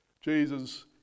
Jesus